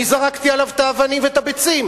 אני זרקתי עליו את האבנים ואת הביצים?